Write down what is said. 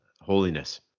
holiness